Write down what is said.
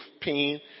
pain